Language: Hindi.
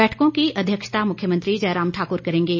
बैठकों की अध्यक्षता मुख्यमंत्री जयराम ठाकुर करेंगे